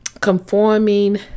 conforming